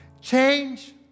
Change